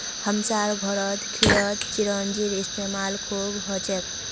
हमसार घरत खीरत चिरौंजीर इस्तेमाल खूब हछेक